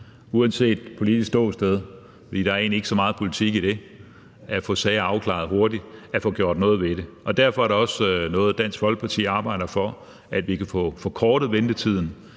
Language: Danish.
uanset politisk ståsted – for der er egentlig ikke så meget politik i det – at få sager afklaret hurtigt, at få gjort noget ved det. Derfor er det også noget, Dansk Folkeparti arbejder for: at vi kan få forkortet ventetiden